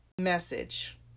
Message